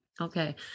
Okay